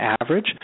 average